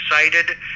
excited